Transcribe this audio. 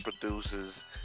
Producers